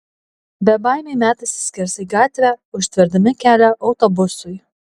bebaimiai metasi skersai gatvę užtverdami kelią autobusui